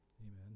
Amen